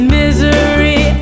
misery